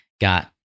got